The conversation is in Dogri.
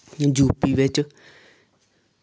यूपी बिच